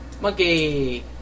Monkey